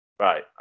Right